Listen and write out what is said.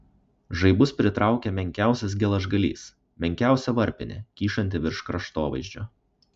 žaibus pritraukia menkiausias geležgalys menkiausia varpinė kyšanti virš kraštovaizdžio